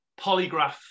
polygraph